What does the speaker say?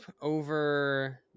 over